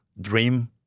dream